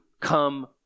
come